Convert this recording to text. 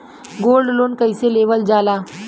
Gold loan कईसे लेवल जा ला?